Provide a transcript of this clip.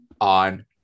on